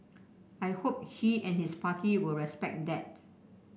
I hope he and his party will respect that